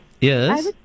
Yes